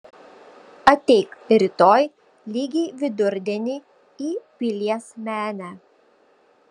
ateik rytoj lygiai vidurdienį į pilies menę